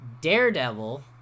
daredevil